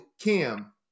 Cam